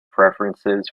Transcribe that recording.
preferences